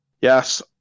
yes